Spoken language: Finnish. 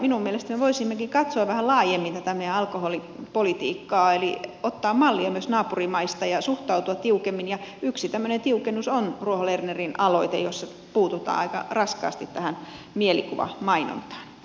minun mielestäni voisimmekin katsoa vähän laajemmin tätä meidän alkoholipolitiikkaa eli ottaa mallia myös naapurimaista ja suhtautua tiukemmin ja yksi tämmöinen tiukennus on ruohonen lernerin aloite jossa puututaan aika raskaasti tähän mielikuvamainontaan